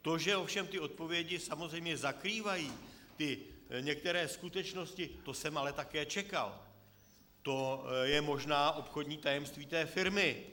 To, že ovšem ty odpovědi samozřejmě zakrývají některé skutečnosti, to jsem ale také čekal, to je možná obchodní tajemství té firmy.